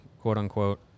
quote-unquote